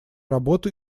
работу